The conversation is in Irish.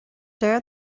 deir